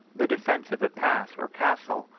the defence of a pass, or castle,